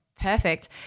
Perfect